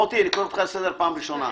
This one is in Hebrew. מוטי, אני קורא אותך לסדר פעם ראשונה.